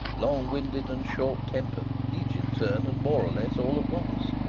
long-winded and short-tempered, each in turn and more or less all at once.